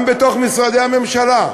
זה גם בתוך משרדי הממשלה.